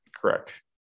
Correct